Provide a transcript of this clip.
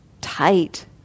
tight